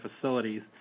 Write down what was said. facilities